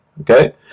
Okay